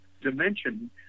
dimension